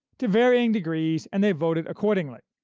to varying degrees, and they voted accordingly.